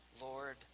Lord